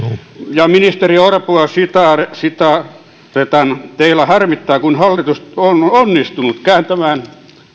ja ministeri orpoa siteeraten teitä harmittaa kun hallitus on onnistunut kääntämään